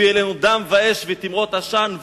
הביא עלינו דם ואש ותימרות עשן,